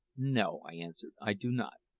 no, i answered, i do not.